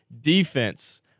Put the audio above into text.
defense